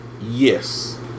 Yes